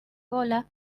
bola